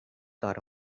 got